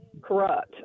corrupt